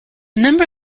number